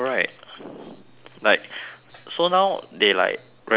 like so now they like they recording like